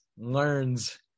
Learns